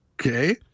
Okay